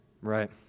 Right